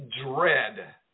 dread